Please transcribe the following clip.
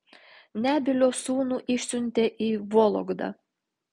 nebylio sūnų išsiuntė į vologdą